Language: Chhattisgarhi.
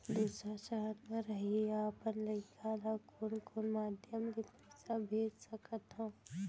दूसर सहर म रहइया अपन लइका ला कोन कोन माधयम ले पइसा भेज सकत हव?